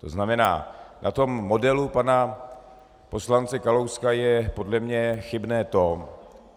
To znamená, na tom modelu pana poslance Kalouska je podle mě chybné to,